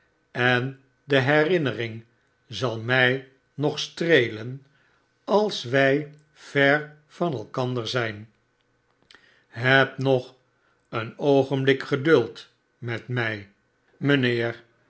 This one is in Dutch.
en de herinnering zal mij nog streelen als wij ver van elkander zijn heb nog een oogenblik geduld met mij